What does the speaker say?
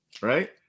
Right